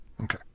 Okay